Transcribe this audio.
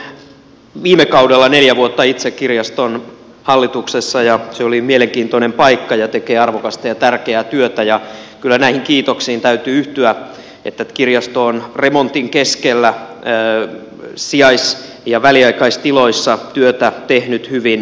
olin itse viime kaudella neljä vuotta kirjaston hallituksessa ja se on mielenkiintoinen paikka ja tekee arvokasta ja tärkeää työtä ja kyllä täytyy yhtyä näihin kiitoksiin siitä että kirjasto on remontin keskellä sijais ja väliaikaistiloissa työtä tehnyt hyvin